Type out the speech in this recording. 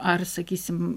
ar sakysim